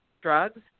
drugs